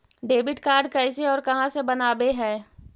Debit card कैसे और कहां से बनाबे है?